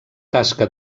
tasca